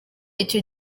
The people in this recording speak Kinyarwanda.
icyo